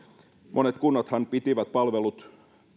monet kunnathan pitivät palvelut